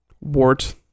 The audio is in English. Wart